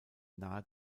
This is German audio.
nahe